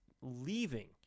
leaving